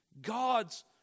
God's